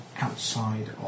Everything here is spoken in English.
outside